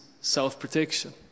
self-protection